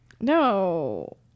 No